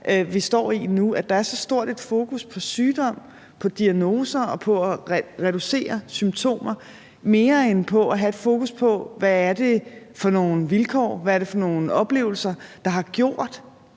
vi står med nu, at der er så stort et fokus på sygdom, på diagnoser og på at reducere symptomer mere end på at have et fokus på, hvad det er for nogle vilkår, hvad det er for nogle oplevelser, der har gjort,